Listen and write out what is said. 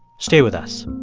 stay with us